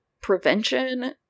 prevention